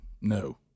No